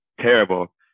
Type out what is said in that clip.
terrible